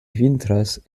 vintras